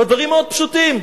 והדברים מאוד פשוטים.